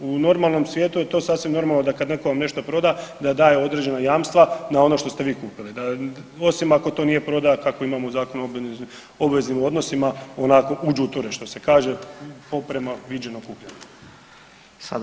U normalnom svijetu je to sasvim normalno da kad netko vam nešto proda, da daje određena jamstva na ono što ste vi kupili osim ako to nije prodaja kakvu imamo u Zakonu o obveznim odnosima onako u đuture što se kaže oprema viđeno – kupljeno.